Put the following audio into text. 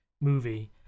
movie